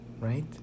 Right